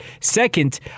second